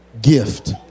gift